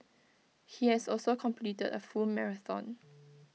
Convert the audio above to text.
he has also completed A full marathon